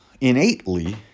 innately